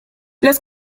los